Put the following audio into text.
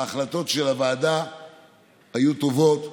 ההחלטות של הוועדה היו טובות,